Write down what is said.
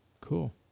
Cool